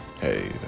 hey